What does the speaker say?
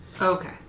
Okay